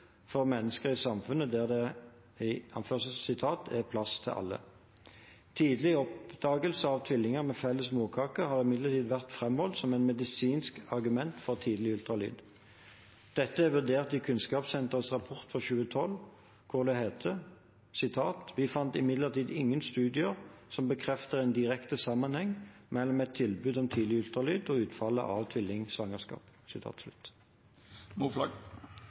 for mennesker i et samfunn der det er «plass til alle». Tidlig oppdagelse av tvillinger med felles morkake har imidlertid vært framholdt som et medisinsk argument for tidlig ultralyd. Dette er vurdert i Kunnskapssenterets rapport fra 2012, hvor det heter: «Vi fant imidlertid ingen studier som bekreftet en direkte sammenheng mellom et tilbud om tidlig ultralyd og utfall av tvillingsvangerskap.»